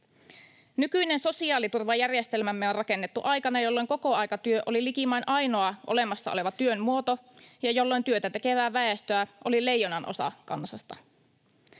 Nykyinen sosiaaliturvajärjestelmämme on rakennettu aikana, jolloin kokoaikatyö oli likimain ainoa olemassa oleva työn muoto ja jolloin työtä tekevää väestöä oli leijonanosa kansasta.